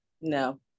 no